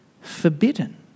forbidden